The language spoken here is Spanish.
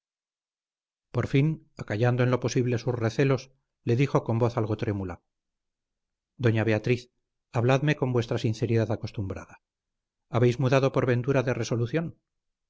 por fin acallando en lo posible sus recelos le dijo con voz algo trémula doña beatriz habladme con vuestra sinceridad acostumbrada habéis mudado por ventura de resolución